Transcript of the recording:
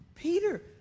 Peter